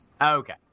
Okay